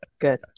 good